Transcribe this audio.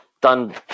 done